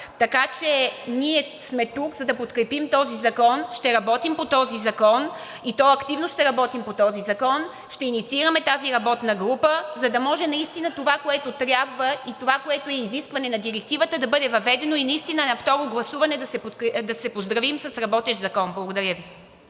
Така че ние сме тук, за да подкрепим този законопроект. Ще работим по този закон, и то ще работим активно. Ще инициираме тази работна група, за да може наистина това, което трябва, и това, което е изискване на директивата, да бъде въведено и наистина на второ гласуване да се поздравим с работещ закон. Благодаря Ви.